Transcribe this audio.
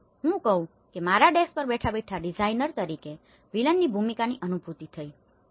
તેથી હું કહું છું કે મને મારા ડેસ્ક પર બેઠા બેઠા ડિઝાઇનર તરીકે વિલનvillain'sની ભૂમિકાની અનુભૂતિ થતી હતી